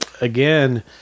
Again